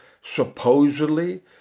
supposedly